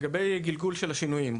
לגבי הגלגול של השינויים.